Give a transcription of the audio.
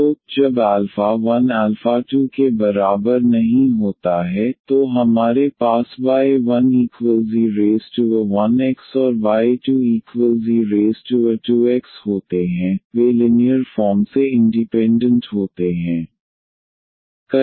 तो जब 1 2 के बराबर नहीं होता है तो हमारे पास y1e1x और y2e2x होते हैं वे लिनीयर फॉर्म से इंडीपेन्डन्ट होते हैं